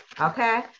Okay